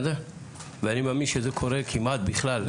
ואני מאמין שזה קורה כמעט בכלל,